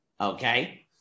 okay